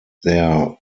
their